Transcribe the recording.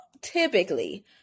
typically